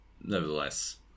nevertheless